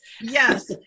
yes